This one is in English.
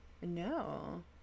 No